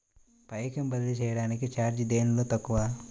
పైకం బదిలీ చెయ్యటానికి చార్జీ దేనిలో తక్కువ?